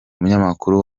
umunyamakuru